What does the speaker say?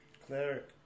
Cleric